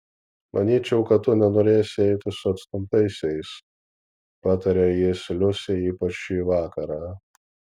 manyčiau kad tu nenorėsi eiti su atstumtaisiais patarė jis liusei ypač šį vakarą